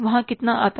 वहाँ कितना आता है